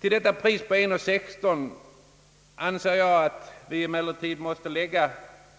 Till detta pris på 116 öre måste vi emellertid lägga